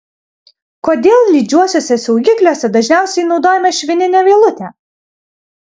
kodėl lydžiuosiuose saugikliuose dažniausiai naudojama švininė vielutė